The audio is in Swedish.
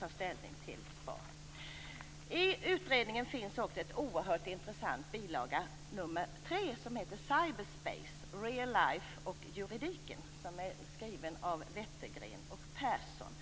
ta ställning till SPAR. I utredningen finns också en oerhört intressant bilaga. Det är bilaga nr 3. Den heter Cyberspace, Real Life och juridiken och är skriven av Wettergren och Pehrson.